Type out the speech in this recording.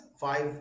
five